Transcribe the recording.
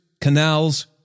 canals